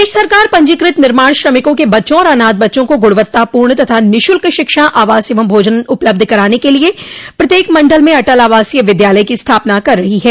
प्रदेश सरकार पंजीकृत निर्माण श्रमिकों के बच्चों और अनाथ बच्चों को गुणवत्तापूर्ण तथा निःशुल्क शिक्षा आवास एवं भोजन उपलब्ध कराने के लिए प्रत्येक मंडल में अटल आवासीय विद्यालय की स्थापना कर रही है